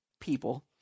people